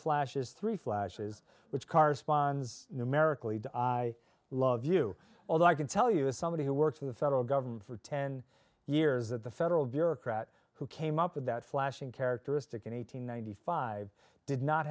flashes three flashes which corresponds numerically to i love you although i can tell you as somebody who works for the federal government for ten years that the federal bureaucrat who came up with that flashing characteristic in one thousand nine hundred five did not